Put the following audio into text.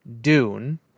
Dune